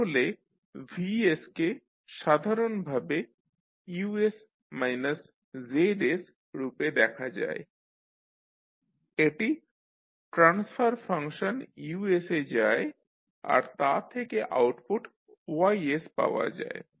তাহলে V কে সাধারণভাবে Us Z রূপে দেখা যায় এটি ট্রান্সফার ফাংশন U এ যায় আর তা থেকে আউটপুট Y পাওয়া যায়